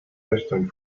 wächtern